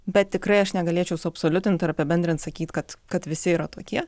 bet tikrai aš negalėčiau suabsoliutint ar apibendrint sakyti kad kad visi yra tokie